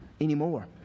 anymore